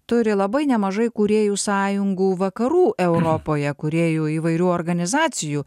turi labai nemažai kūrėjų sąjungų vakarų europoje kūrėjų įvairių organizacijų